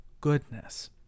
goodness